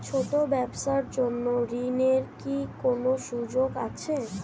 ছোট ব্যবসার জন্য ঋণ এর কি কোন সুযোগ আছে?